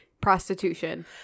prostitution